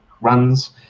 runs